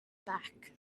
back